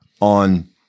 on